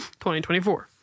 2024